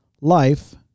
life